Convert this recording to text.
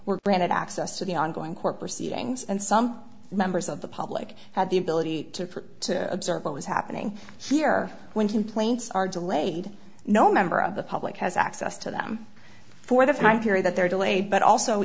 were granted access to the ongoing court proceedings and some members of the public had the ability to observe what was happening here when complaints are delayed no member of the public has access to them for that and i hear that there delayed but also